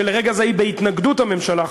שברגע זה היא בהתנגדות הממשלה,